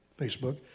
Facebook